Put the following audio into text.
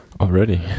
Already